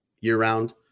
year-round